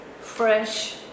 fresh